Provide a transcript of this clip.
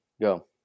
Go